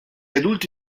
adulti